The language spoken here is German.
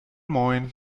moin